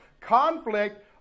Conflict